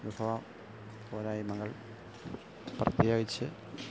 വിഭവ പോരായ്മകൾ പ്രത്യേകിച്ച്